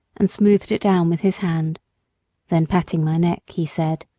and smoothed it down with his hand then patting my neck, he said,